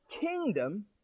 kingdom